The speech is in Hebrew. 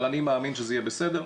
אבל אני מאמין שזה יהיה בסדר.